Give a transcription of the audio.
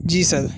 جی سر